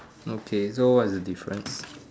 okay so what is the difference